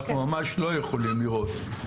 אנחנו ממש לא יכולים לראות.